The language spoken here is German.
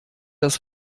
das